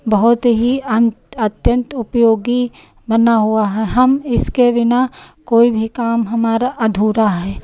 बहुत ही अं अत्यंत उपयोगी बना हुआ है हम इसके बिना कोई भी काम हमारा अधूरा है